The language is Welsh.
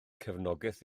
cefnogaeth